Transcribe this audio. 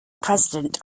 president